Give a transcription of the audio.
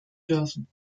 dürfen